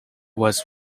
was